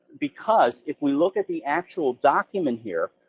because if we look at the actual document here,